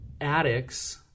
addicts